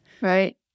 Right